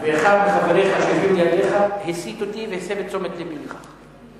ואחד מחבריך שיושבים לידך הסית אותי והסב את תשומת לבי לכך.